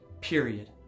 period